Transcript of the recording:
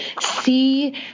see